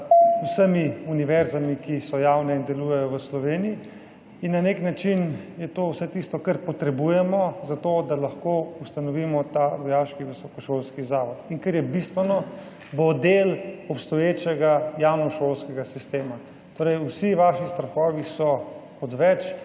vsemi univerzami, ki so javne in delujejo v Sloveniji in na nek način je to vse, kar potrebujemo za to, da lahko ustanovimo ta vojaški visokošolski zavod in kar je bistveno, bo del obstoječega javnega šolskega sistema. Torej, vsi vaši strahovi so odveč